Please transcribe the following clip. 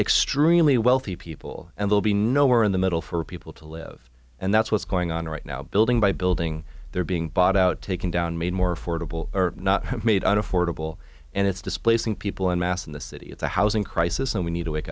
extremely wealthy people and they'll be no where in the middle for people to live and that's what's going on right now building by building they're being bought out taken down made more affordable are not made out affordable and it's displacing people in mass in the city it's a housing crisis and we need to wake